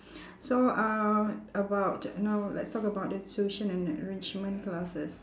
so uh about no let's talk about the tuition and enrichment classes